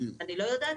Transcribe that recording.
אני לא יודעת.